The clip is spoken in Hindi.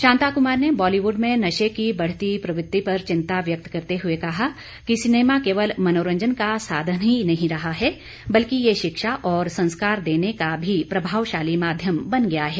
शांता कुमार ने बॉलीवुड में नशे की बढ़ती प्रवृत्ति पर चिंता व्यक्त करते हुए कहा कि सिनेमा केवल मनोरंजन का साधन ही नहीं रहा है बल्कि यह शिक्षा और संस्कार देने का भी प्रभावशाली माध्यम बन गया है